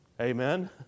Amen